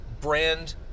brand